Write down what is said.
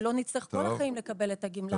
שלא נצטרך כל החיים לקבל את הגמלה הזאת.